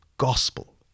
Gospel